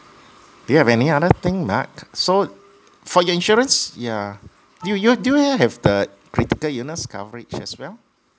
do you have any other thing so for your insurance yeah do you do you have the critical illness coverage as well